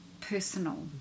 personal